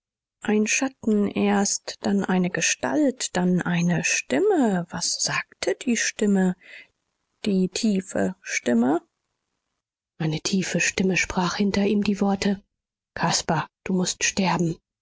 ein schatten erst dann eine gestalt dann eine stimme was sagte die stimme die tiefe stimme eine tiefe stimme sprach hinter ihm die worte caspar du mußt sterben